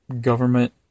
government